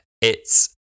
It's-